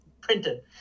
printed